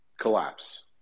collapse